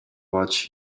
watch